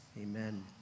Amen